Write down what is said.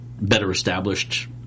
better-established